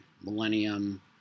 Millennium